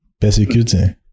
persecuting